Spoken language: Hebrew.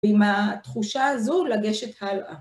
ועם התחושה הזו לגשת הלאה.